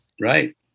Right